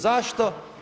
Zašto?